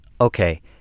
Okay